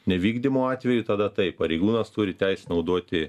nevykdymo atveju tada taip pareigūnas turi teisę naudoti